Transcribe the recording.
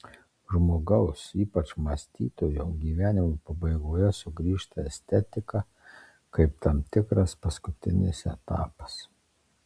žmogaus ypač mąstytojo gyvenimo pabaigoje sugrįžta estetika kaip tam tikras paskutinis etapas